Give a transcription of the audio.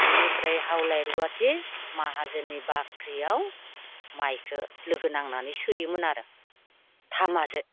बिनिफ्राय हावलाय रुवाथि माहाजोननि बाख्रियाव माइखौ लोगो नांनानै सोयोमोन आरो थामाजों